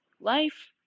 Life